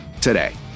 today